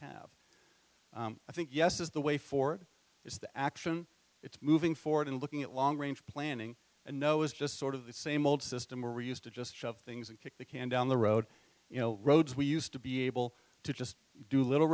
have i think yes is the way forward is the action it's moving forward and looking at long range planning and no it's just sort of the same old system we're used to just shove things and kick the can down the road you know roads we used to be able to just do little